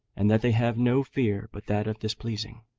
and that they have no fear but that of displeasing.